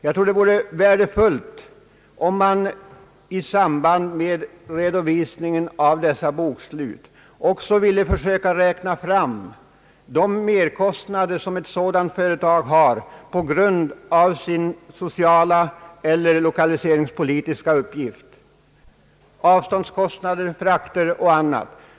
Jag tror att det vore värdefullt om man i samband med redovisningen av dessa företags bokslut också ville försöka räkna fram de merkostnader som sådana statliga företag har på grund av sin sociala eller lokaliseringspolitiska uppgift: avståndskostnader, frakter och annat.